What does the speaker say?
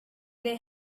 they